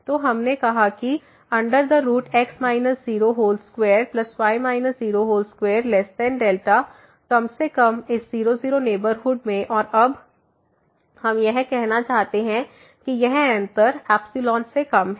तो हमने कहा कि 22δ कम से कम इस 0 0 नेबरहुड में और अब हम यह कहना चाहते हैं कि यह अंतर एप्सिलॉन से कम है